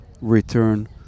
return